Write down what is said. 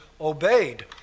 obeyed